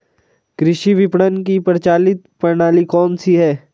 कृषि विपणन की प्रचलित प्रणाली कौन सी है?